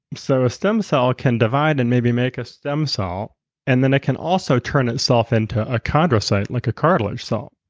so a stem cell can divide and maybe make a stem cell and then it can also turn itself into a chondrocyte, like a cartilage cell.